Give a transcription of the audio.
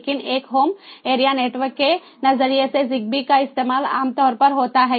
लेकिन एक home area network के नजरिए से ZigBee का इस्तेमाल आमतौर पर होता है